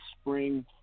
spring